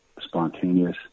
spontaneous